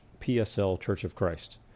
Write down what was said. pslchurchofchrist